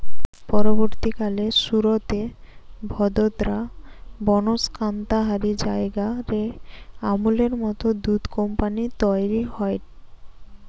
পরবর্তীকালে সুরতে, ভাদোদরা, বনস্কন্থা হারি জায়গা রে আমূলের মত দুধ কম্পানী তইরি হয়